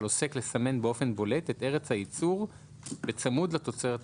על עוסק לסמן באופן בולט את ארץ הייצור בצמוד לתוצרת החקלאית,